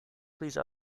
please